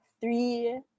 three